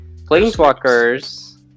planeswalkers